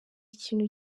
ikintu